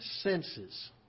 senses